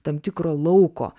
tam tikro lauko